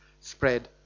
spread